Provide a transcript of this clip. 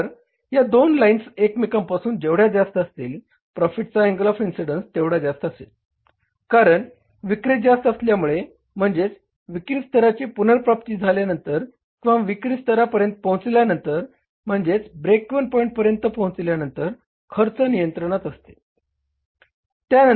तर या दोन लाईन्स एकमेकांपासून जेवढ्या जास्त असतील प्रॉफीटचा अँगल ऑफ इन्सिडेंन्स तेवढा जास्त असेल कारण विक्री जास्त असल्यामुळे म्हणजेच विक्री स्तराची पुनर्प्राप्ती झाल्यानंतर किंवा विक्री स्तरापर्यंत पोहचल्या नंतर म्हणजेच ब्रेक इव्हन पॉईंट पर्यंत पोहचल्या नंतर खर्च नियंत्रणात असते